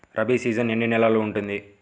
Rabi season ఎన్ని నెలలు ఉంటుంది?